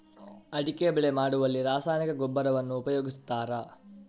ಅಡಿಕೆ ಬೆಳೆ ಮಾಡುವಲ್ಲಿ ರಾಸಾಯನಿಕ ಗೊಬ್ಬರವನ್ನು ಉಪಯೋಗಿಸ್ತಾರ?